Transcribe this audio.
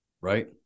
Right